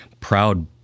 proud